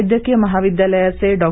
वैद्यकीय महाविद्यालयाचे डॉ